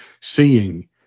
seeing